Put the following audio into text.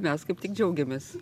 mes kaip tik džiaugiamės